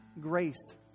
grace